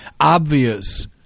obvious